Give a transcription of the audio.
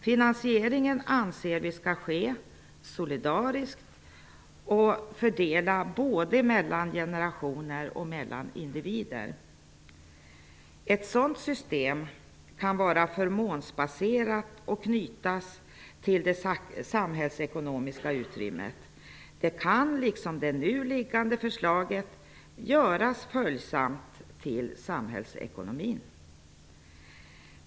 Vi anser att finansieringen skall ske solidariskt och delas både mellan generationer och mellan individer. Ett sådant system kan vara förmånsbaserat och knytas till det samhällsekonomiska utrymmet. Det kan, liksom det nu framlagda förslaget, göras följsamt till samhällsekonomin.